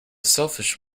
selfish